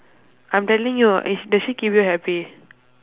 I'm telling you is sh~ does she keep you happy